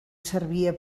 servia